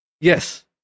Yes